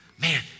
man